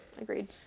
Agreed